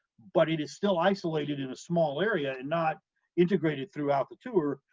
but it is still isolated in a small area and not integrated throughout the tour,